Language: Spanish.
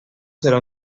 será